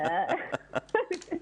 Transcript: אנחנו צריכים